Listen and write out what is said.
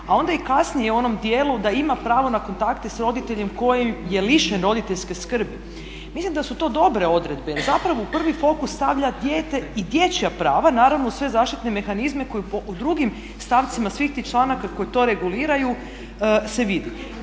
A onda i kasnije u onom dijelu da ima pravo na kontakte sa roditeljem koji je lišen roditeljske skrbi. Mislim da su to dobre odredbe jer zapravo u prvi fokus stavlja dijete i dječja prava, naravno uz sve zaštitne mehanizme koji u drugim stavcima svih tih članaka koji to reguliraju se vidi.